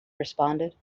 responded